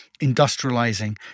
industrializing